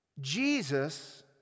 Jesus